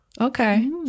Okay